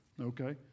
Okay